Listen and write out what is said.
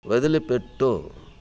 వదిలిపెట్టు